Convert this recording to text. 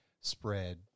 spread